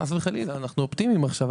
חס וחלילה, אנחנו אופטימיים עכשיו.